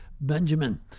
Benjamin